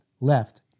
left